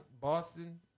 Boston